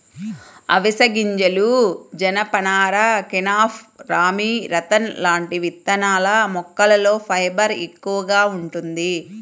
అవిశె గింజలు, జనపనార, కెనాఫ్, రామీ, రతన్ లాంటి విత్తనాల మొక్కల్లో ఫైబర్ ఎక్కువగా వుంటది